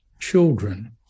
children